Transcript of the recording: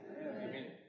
Amen